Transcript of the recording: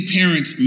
parents